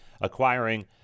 acquiring